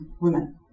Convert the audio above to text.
women